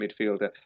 midfielder